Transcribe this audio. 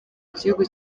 gihugu